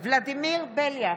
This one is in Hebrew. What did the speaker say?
ולדימיר בליאק,